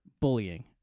bullying